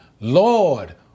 Lord